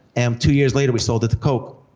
and two years later, we sold it to coke.